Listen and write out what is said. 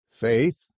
Faith